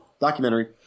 documentary